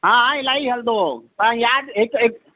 हा इलाही हलंदो तव्हां यादि हिकु हिकु